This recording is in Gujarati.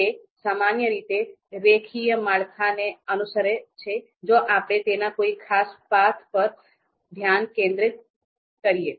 તે સામાન્ય રીતે રેખીય માળખાને અનુસરે છે જો આપણે તેના કોઈ ખાસ પાથ પર ધ્યાન કેન્દ્રિત કરીએ